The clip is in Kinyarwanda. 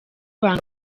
banga